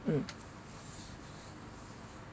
mm